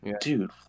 Dude